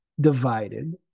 divided